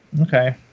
Okay